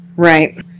Right